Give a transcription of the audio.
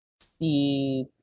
see